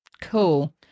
Cool